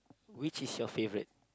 which is your favourite